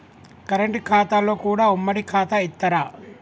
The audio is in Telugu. కరెంట్ ఖాతాలో కూడా ఉమ్మడి ఖాతా ఇత్తరా?